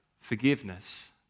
forgiveness